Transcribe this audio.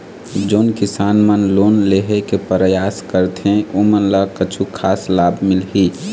जोन किसान मन लोन लेहे के परयास करथें ओमन ला कछु खास लाभ मिलही?